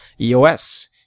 eos